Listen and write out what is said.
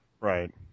Right